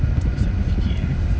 kasi aku fikir ah